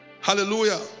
hallelujah